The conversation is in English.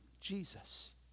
Jesus